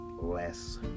less